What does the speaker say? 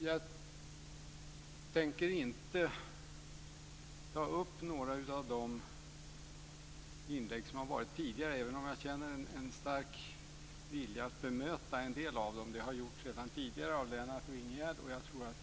Jag tänker inte ta upp några av de inlägg som har varit tidigare, även om jag känner en stark vilja att bemöta en del av dem. Det har gjorts tidigare av Lennart Gustavsson och Ingegerd Wärnersson.